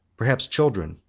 perhaps children,